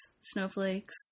snowflakes